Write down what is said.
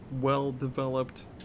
well-developed